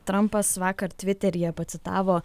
trampas vakar tviteryje pacitavo